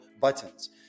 buttons